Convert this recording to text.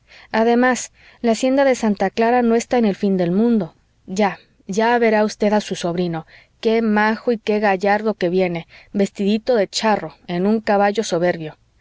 además la hacienda de santa clara no está en el fin del mundo ya ya verá usted a su sobrino qué majo y qué gallardo que viene vestidito de charro en un caballo soberbio